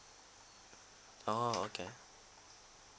orh okay